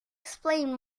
explain